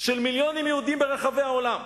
של מיליוני יהודים ברחבי העולם.